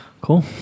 cool